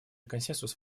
консенсус